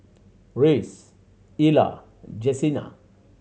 Reece Ella Jesenia